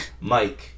Mike